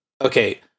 okay